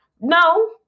No